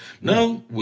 No